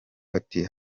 ati